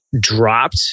dropped